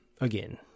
again